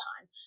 time